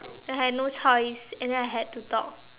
I had no choice and then I had to talk